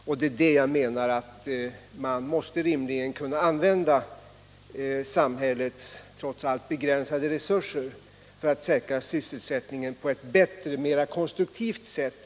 Jag menar därför att man rimligtvis måste kunna använda samhällets trots allt begränsade resurser till att säkra sysselsättningen på ett bättre och mera konstruktivt sätt.